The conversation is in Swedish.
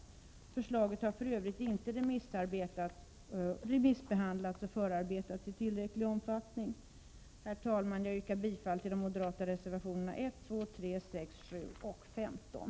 Förslaget har för övrigt inte remissbehandlats och förarbetats i tillräcklig omfattning. Herr talman! Jag yrkar bifall till de moderata reservationerna 1, 2, 4, 6, 7 samt 15.